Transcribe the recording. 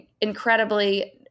incredibly